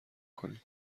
کنین